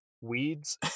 weeds